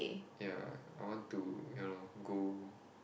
ya I want to ya lor go